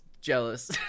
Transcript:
jealous